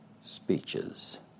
speeches